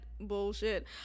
bullshit